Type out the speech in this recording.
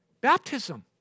Baptism